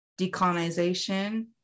decolonization